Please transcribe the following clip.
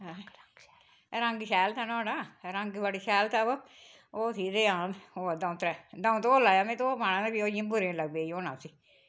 रंग शैल था नुहाड़ा रंग बड़ा शैल ते ओह् थी रेहान होर द'ऊं त्रै द'ऊं धोन लाया ते मै महारजा ओह् इ'यां बुरेया होन लग्गी पेई होना उसी